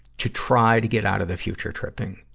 to try to get out of the future tripping.